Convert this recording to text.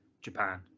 japan